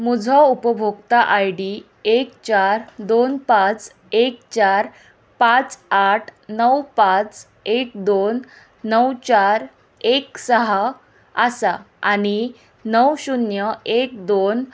म्हजो उपभोक्ता I D एक चार दोन पांच एक चार पांच आठ णव पांच एक दोन णव चार एक साह आसा आनी णव शुन्य एक दोन